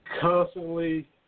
Constantly